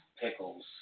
Pickles